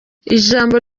ijambo